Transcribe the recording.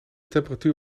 temperatuur